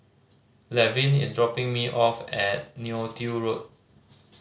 Laverne is dropping me off at Neo Tiew Road